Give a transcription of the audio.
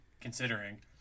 considering